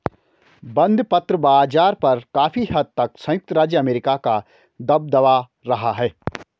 बंधपत्र बाज़ार पर काफी हद तक संयुक्त राज्य अमेरिका का दबदबा रहा है